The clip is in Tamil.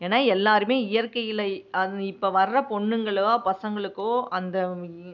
ஏன்னால் எல்லோருமே இயற்கையில் அதுவும் இப்போ வர்ற பொண்ணுங்களோ பசங்களுக்கோ அந்த